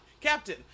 Captain